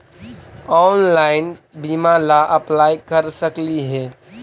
Online बीमा ला apply कर सकली हे?